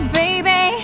baby